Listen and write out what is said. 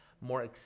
more